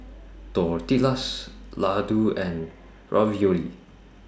Tortillas Ladoo and Ravioli